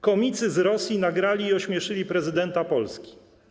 Komicy z Rosji nagrali i ośmieszyli prezydenta Polski.